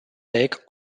lake